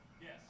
Yes